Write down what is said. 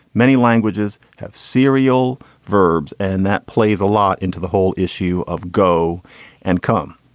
many languages have serial verbs. and that plays a lot into the whole issue of go and come.